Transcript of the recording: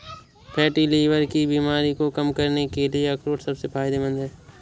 fatty liver की बीमारी को कम करने के लिए अखरोट सबसे फायदेमंद है